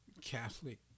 Catholic